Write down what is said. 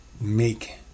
make